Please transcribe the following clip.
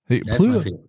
Pluto